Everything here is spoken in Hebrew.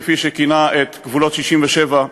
ולגבולות 67'